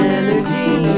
energy